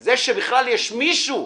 זה שבכלל יש עוד מישהו